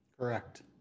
Correct